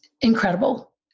incredible